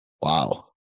Wow